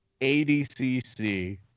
ADCC